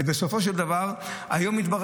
בסופו של דבר התברר